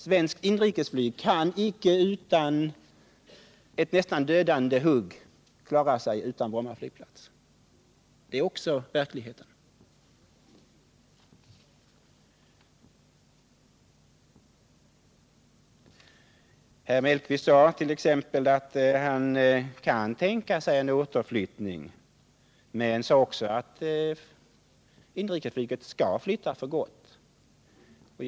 Svenskt inrikesflyg kan icke klara sig utan Bromma flygplats utan svåra skadeverkningar. Herr Mellqvist sade att han kunde tänka sig en återflyttning till Brom ma, men han sade också att inrikesflyget skall flytta därifrån för gott.